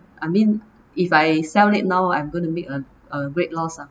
I mean if I sell it now I'm going to make a great loss ah